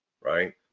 right